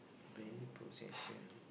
valued possession